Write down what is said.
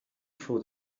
for